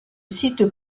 site